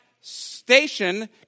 station